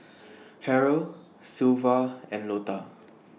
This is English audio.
Harrell Sylva and Lota